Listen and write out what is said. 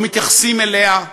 לא מתייחסים אליה.